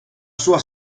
sua